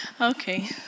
Okay